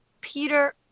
Peter